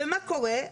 ומה קורה?